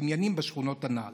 מבניינים בשכונות הנ"ל.